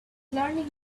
learning